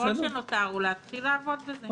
כל שנותר הוא להתחיל לעבוד על זה.